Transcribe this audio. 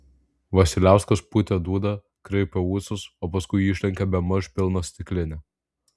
vasiliauskas pūtė dūdą kraipė ūsus o paskui išlenkė bemaž pilną stiklinę